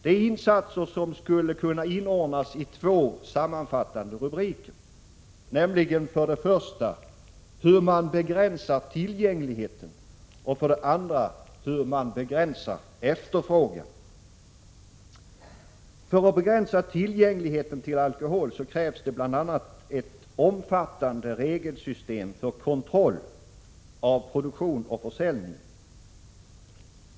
Det är insatser som skulle kunna inordnas under två sammanfattande rubriker, nämligen för det första hur man begränsar tillgängligheten och för det andra hur man begränsar efterfrågan. För att begränsa tillgängligheten till alkohol krävs det bl.a. ett omfattande regelsystem för kontroll, produktion och försäljning.